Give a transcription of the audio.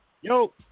yo